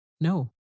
No